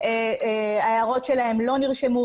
ההערות שלהם לא נרשמו.